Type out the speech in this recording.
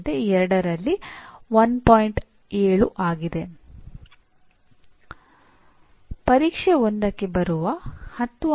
ಇವುಗಳನ್ನು ವಿದ್ಯಾರ್ಥಿಗಳಿಗೆ ಅರ್ಥಮಾಡಲು ಕಷ್ಟವಾಗಬಹುದಾದ ಬಹಳ ಸಂಕೀರ್ಣವಾದ ವಾಕ್ಯದಲ್ಲಿ ಬರೆಯಲಾಗುವುದಿಲ್ಲ